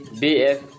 bf